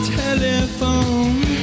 telephone